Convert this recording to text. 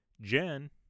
Jen